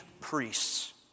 priests